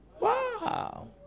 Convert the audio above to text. Wow